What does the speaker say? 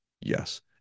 Yes